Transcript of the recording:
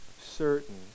certain